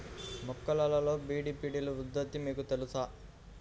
మొక్కలలో చీడపీడల ఉధృతి మీకు తెలుసా?